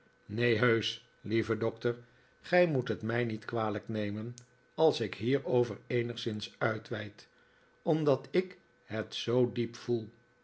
neen heusch lieve doctor gij moet het mij niet kwalijk nemen als ik hierover eenigszins uitweid omdat ik het zoo diep voel